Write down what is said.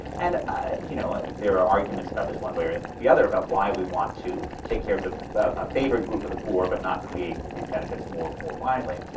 and, ah you know, there are arguments about this one way or the other about why we want to take care of a favored group of the poor but not create these benefits more more widely.